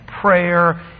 prayer